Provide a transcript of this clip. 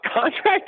contract